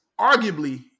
arguably